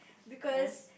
because